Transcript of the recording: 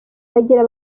bagira